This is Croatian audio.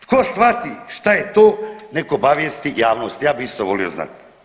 Tko shvati šta je to nek' obavijesti javnost, ja bih isto volio znati.